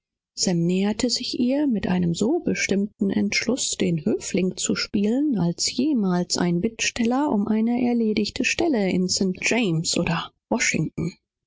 näherte sich mit einem eben so festen entschlusse sich angenehm zu machen als es je ein bewerber um eine leere stelle am hofe von st james oder